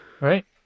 Right